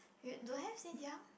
you don't have since young